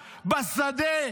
בשדה.